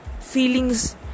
feelings